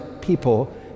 people